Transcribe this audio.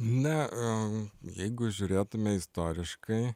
ne jeigu žiūrėtume istoriškai